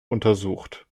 untersucht